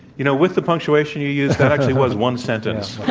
you know, with the punctuation you used that actually was one sentence.